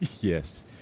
Yes